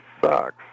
sucks